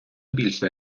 більше